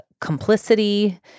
complicity